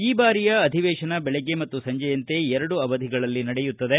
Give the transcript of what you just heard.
ಈ ಬಾರಿಯ ಅಧಿವೇಶನ ಬೆಳಗ್ಗೆ ಮತ್ತು ಸಂಜೆಯಂತೆ ಎರಡು ಅವಧಿಗಳಲ್ಲಿ ನಡೆಯುತ್ತದೆ